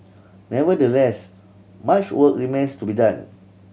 nevertheless much work remains to be done